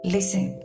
Listen